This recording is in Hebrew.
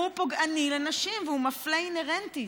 הוא פוגעני לנשים והוא מפלה אינהרנטית.